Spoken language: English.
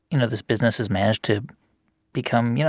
you know, this business has managed to become, you know,